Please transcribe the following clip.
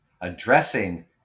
addressing